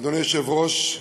אדוני היושב-ראש,